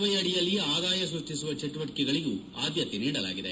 Y ಅಡಿಯಲ್ಲಿ ಆದಾಯ ಸೃಷ್ಟಿಸುವ ಚಟುವಟಿಕೆಗಳಿಗೆ ಆದ್ಯತೆ ನೀಡಲಾಗಿದೆ